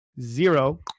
zero